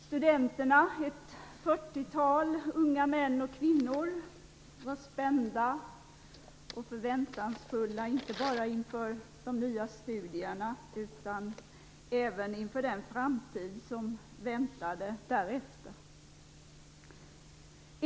Studenterna, ett fyrtiotal unga män och kvinnor, var spända och förväntansfulla, inte bara inför de nya studierna utan även inför den framtid som väntade därefter.